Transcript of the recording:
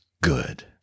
good